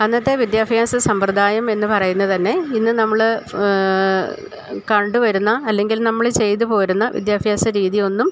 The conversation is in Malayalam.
അന്നത്തെ വിദ്യാഭ്യാസ സമ്പ്രദായമെന്നു പറയുന്നതുതന്നെ ഇന്നു നമ്മള് കണ്ടുവരുന്ന അല്ലങ്കിൽ നമ്മള് ചെയ്തുപോരുന്ന വിദ്യാഭ്യാസ രീതിയൊന്നും